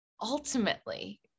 ultimately